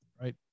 right